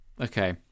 okay